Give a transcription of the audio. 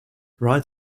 right